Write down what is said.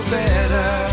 better